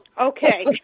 Okay